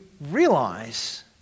realize